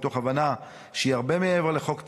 מתוך הבנה שהיא הרבה מעבר לחוק טכני,